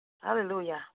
Hallelujah